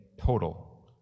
total